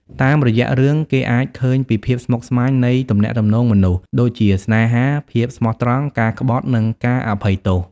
តាមរយៈរឿង គេអាចឃើញពីភាពស្មុគស្មាញនៃទំនាក់ទំនងមនុស្ស ដូចជាស្នេហា ភាពស្មោះត្រង់ ការក្បត់ និងការអភ័យទោស។